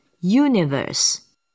Universe